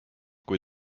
kui